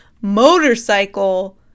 motorcycle